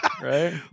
right